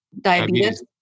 diabetes